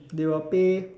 they will pay